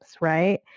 right